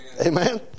Amen